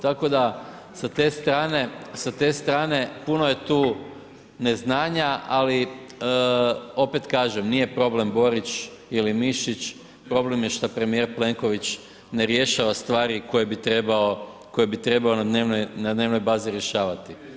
Tako da sa te strane puno je tu neznanja ali opet kažem, nije problem Borić ili Mišić, problem je šta premijer Plenković ne rješava stvari koje bi trebao na dnevnoj bazi rješavati.